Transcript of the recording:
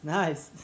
nice